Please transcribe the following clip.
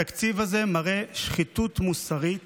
התקציב הזה מראה שחיתות מוסרית